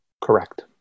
Correct